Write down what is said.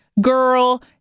girl